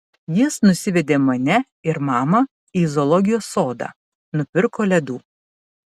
jis nusivedė mane ir mamą į zoologijos sodą nupirko ledų